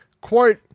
quote